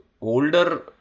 older